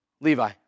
Levi